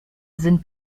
sind